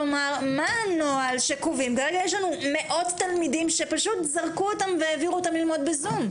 כרגע יש לנו מאות תלמידים שפשוט זרקו אותם והעבירו אותם ללמוד בזום.